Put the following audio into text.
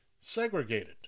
segregated